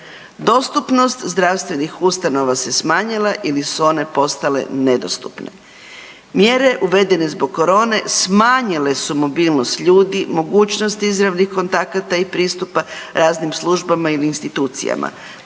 Dostupnost zdravstvenih ustanova se smanjila ili su one postale nedostupne. Mjere uvedene zbog korone smanjile su mobilnost ljudi, mogućnost izravnih kontakata i pristupa raznim službama ili institucijama.